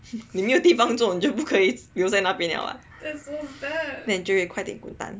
你没有地方坐你就不可以留在那边了嘛 then 你就会快点滚蛋